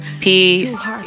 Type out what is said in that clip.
Peace